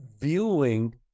viewing